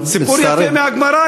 סיפור יפה מהגמרא,